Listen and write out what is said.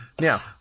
Now